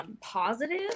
positive